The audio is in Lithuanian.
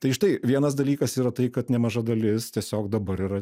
tai štai vienas dalykas yra tai kad nemaža dalis tiesiog dabar yra